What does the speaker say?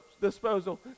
disposal